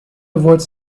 avoid